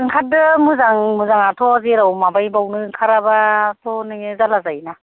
ओंखारदो मोजाङाथ' जेराव माबायो बेयावनो ओंखाराबाथ' नोङो जाल्ला जायोना